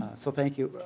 so thank you.